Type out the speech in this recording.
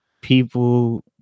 people